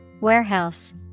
Warehouse